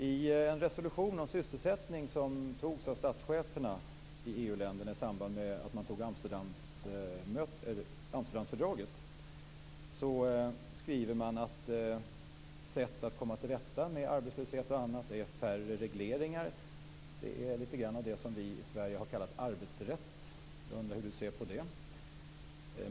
I en resolution om sysselsättning som antogs av statscheferna i EU-länderna i samband med att man antog Amsterdamfördraget skriver man att ett sätt att komma till rätta med arbetslöshet och annat är färre regleringar. Det är litet grand av det som vi i Sverige har kallat arbetsrätt. Jag undrar hur Reynoldh Furustrand ser på det.